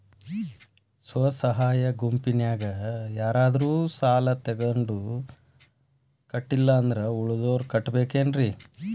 ಸ್ವ ಸಹಾಯ ಗುಂಪಿನ್ಯಾಗ ಯಾರಾದ್ರೂ ಸಾಲ ತಗೊಂಡು ಕಟ್ಟಿಲ್ಲ ಅಂದ್ರ ಉಳದೋರ್ ಕಟ್ಟಬೇಕೇನ್ರಿ?